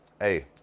hey